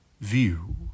view